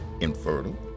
infertile